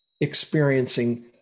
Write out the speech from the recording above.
experiencing